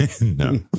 No